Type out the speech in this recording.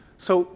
so